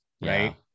right